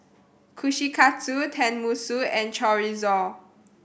Kushikatsu Tenmusu and Chorizo